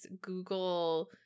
Google